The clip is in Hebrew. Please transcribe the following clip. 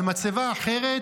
על מצבה אחרת,